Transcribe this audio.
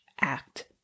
act